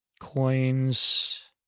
coins